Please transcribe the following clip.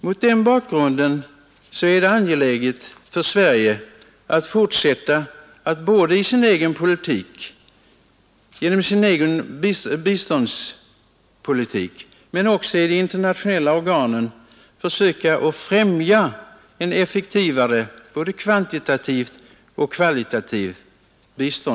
Mot den bakgrunden är det angeläget för Sverige att fortsätta att genom sin egen biståndspolitik men också i de internationella organen försöka främja en effektivare biståndsutövning, både kvantitativt och kvalitativt.